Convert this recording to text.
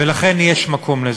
ולכן יש מקום לזה.